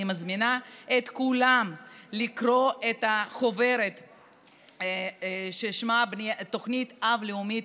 אני מזמינה את כולם לקרוא את החוברת ששמה "תוכנית אב לאומית